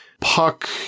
Puck